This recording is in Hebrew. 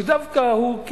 שדווקא הוא,